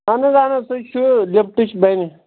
اہن حظ اہن حظ تُہۍ چھِو لفٹٕچ بنہِ